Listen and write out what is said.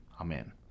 Amen